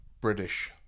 British